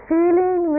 Feeling